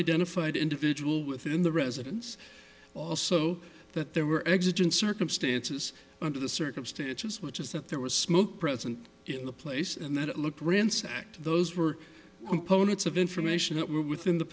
identified individual within the residence also that there were existent circumstances under the circumstances which is that there was smoke present in the place and that it looked ransacked those were components of information that were within the